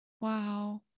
Wow